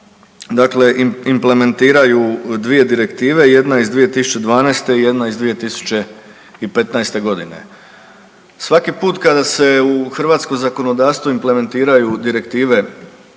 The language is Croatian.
dakle implementiraju dvije direktive, jedna iz 2012. i jedna iz 2015. godine. Svaki put kada se u hrvatsko zakonodavstvo implementiraju direktive